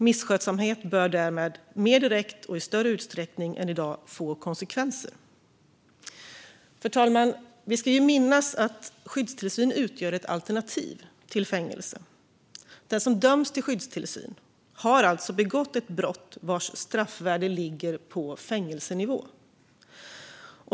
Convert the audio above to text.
Misskötsamhet bör därför mer direkt och i större utsträckning än i dag få konsekvenser. Fru talman! Vi ska minnas att skyddstillsyn utgör ett alternativ till fängelse. Den som döms till skyddstillsyn har alltså begått ett brott vars straffvärde ligger på fängelsenivå.